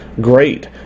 great